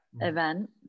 event